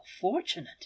fortunate